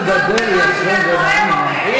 מה זה שווה אם הם לא יכולים לשלוט במה שהנואם אומר?